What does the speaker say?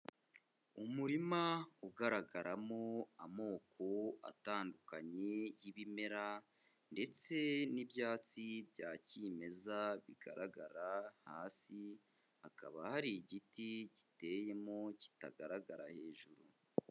Umurima ugaragaramo amoko atandukanye y'ibimera ndetse n'ibyatsi bya kimeza bigaragara hasi, hakaba hari igiti giteyemo kitagaragara hejuru.